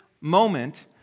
moment